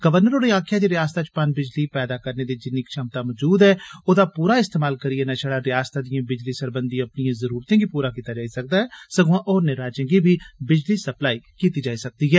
governor होरे आक्खेआ जे रियासतै च पनबिजली पैदा करने दी जिन्नी छमता मजूद ऐ ओदा पूरा इस्तमाल करिए न शड़ा रियासतै दिए बिजली सरबंधी अपनिए जरूरते गी पूरा कीता जाई सकदा ऐ सगुआं होरनें राज्यें गी बी बिजली सप्लाई कीती जाई सकदी ऐ